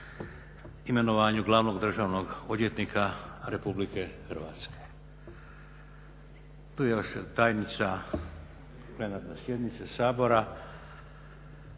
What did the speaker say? imenovanju glavnog državnog odvjetnika RH. Tu je još tajnica plenarne sjednice Sabora,